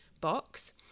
box